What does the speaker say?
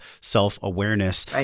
self-awareness